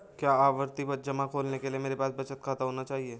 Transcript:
क्या आवर्ती जमा खोलने के लिए मेरे पास बचत खाता होना चाहिए?